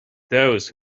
those